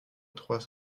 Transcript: trois